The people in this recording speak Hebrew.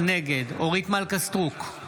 נגד אורית מלכה סטרוק,